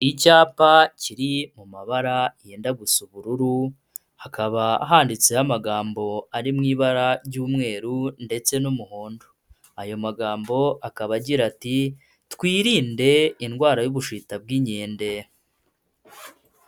Icyapa kiri mu mabara yenda gusa ubururu, hakaba handitseho amagambo ari mw’ibara ry'umweru ndetse n'umuhondo. Ayo magambo akaba agira ati “twirinde indwara y'ubushita bw'inkende”.